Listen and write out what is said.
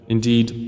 Indeed